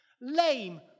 lame